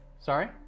Sorry